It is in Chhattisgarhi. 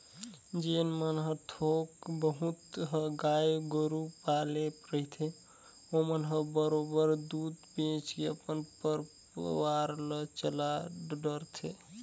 जेन मन ह थोक बहुत ह गाय गोरु पाले रहिथे ओमन ह बरोबर दूद बेंच के अपन परवार ल चला डरथे